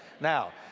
Now